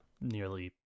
nearly